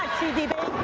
cdb.